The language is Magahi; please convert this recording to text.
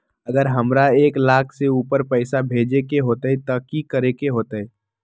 अगर हमरा एक लाख से ऊपर पैसा भेजे के होतई त की करेके होतय?